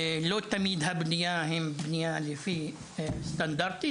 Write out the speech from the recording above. לא תמיד הבנייה היא בנייה לפי סטנדרטים,